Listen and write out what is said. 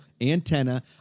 antenna